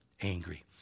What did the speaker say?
angry